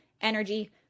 energy